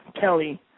Kelly